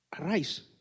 Arise